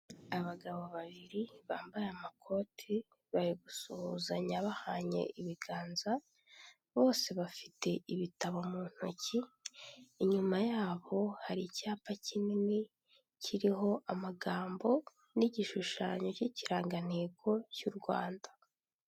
Abagabo babiri bambaye amakoti bari gusuhuzanya bahanye ibiganza bose bafite ibitabo mu ntoki, inyuma yabo hari icyapa kinini kiriho amagambo n'igishushanyo cy'ikirangantego cy'u Rwanda